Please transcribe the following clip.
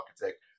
architect